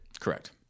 Correct